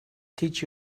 teach